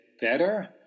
better